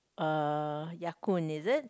err Ya-Kun is it